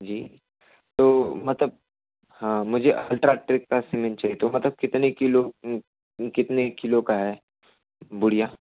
जी तो मतलब हाँ मुझे अल्ट्रा टेक का सिमेन्ट चाहिए तो मतलब कितने किलो कितने किलो का है बोरी